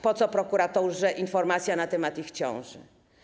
Po co prokuraturze informacja na temat ich ciąż?